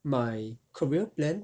my career plan